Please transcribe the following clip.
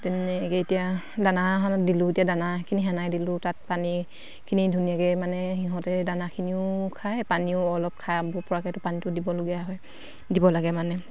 তেনেকৈ এতিয়া দানাহঁত দিলোঁ এতিয়া দানাখিনি সেনাই দিলোঁ তাত পানীখিনি ধুনীয়াকৈ মানে সিহঁতে দানাখিনিও খায় পানীও অলপ খাব পৰাকৈতো পানীটো দিবলগীয়া হয় দিব লাগে মানে